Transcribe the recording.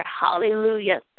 Hallelujah